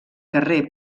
carrer